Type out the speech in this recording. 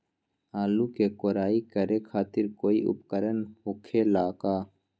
आलू के कोराई करे खातिर कोई उपकरण हो खेला का?